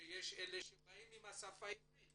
שיש כאלה שבאים עם ידע בשפה העברית